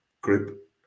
group